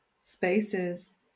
spaces